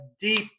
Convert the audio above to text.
deep